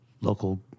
local